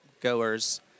goers